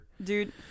Dude